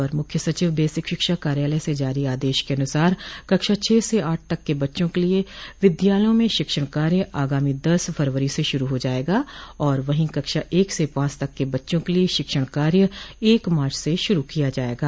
अपर मुख्य सचिव बेसिक शिक्षा कार्यालय से जारी आदेश के अनुसार कक्षा छह से आठ तक के बच्चों के लिये विद्यालयों में शिक्षण कार्य आगामी दस फरवरी से शुरू हो जायेगा और वहीं कक्षा एक से पांच तक के बच्चों के लिये शिक्षण कार्य एक मार्च से शुरू किया जायेगा